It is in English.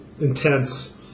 intense